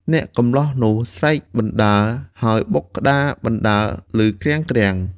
អ្នកកម្លោះនោះស្រែកបណ្ដើរហើយបុកក្តារបណ្ដើរឮគ្រាំៗ។